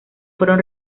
fueron